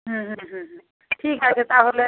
হুম হুম হুম হুম ঠিক আছে তাহলে